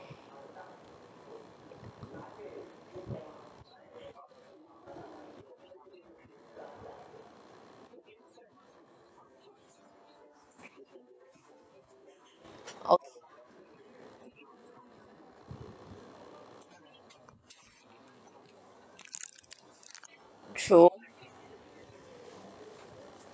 okay true